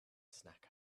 snack